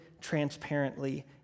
transparently